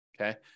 okay